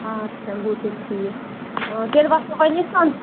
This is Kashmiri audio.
اچھا گوٚو تیٚلہِ ٹھیٖک تیٚلہِ وَسو وۄنۍ أسۍ